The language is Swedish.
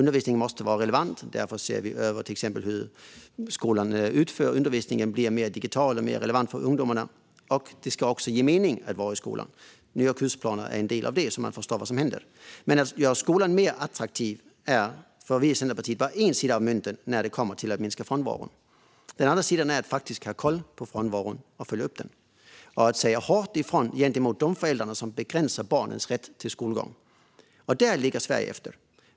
Undervisningen måste vara relevant, och därför ses den över och ska bli mer digital. Det ska också vara meningsfullt att gå i skolan, och nya kursplaner, så att man förstår vad som händer, är en del av det. Att göra skolan mer attraktiv är för oss i Centerpartiet bara en sida av myntet när det kommer till att minska frånvaron. Den andra sidan är att ha koll på frånvaron, följa upp den och säga skarpt ifrån till de föräldrar som begränsar barnens rätt till skolgång. Här ligger Sverige efter.